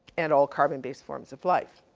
and all carbon based forms of life.